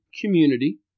community